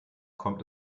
kommt